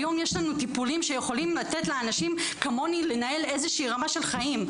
היום יש לנו טיפים שיכולים לתת לאנשים כמוני לנהל איזושהי רמה של חיים,